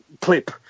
clip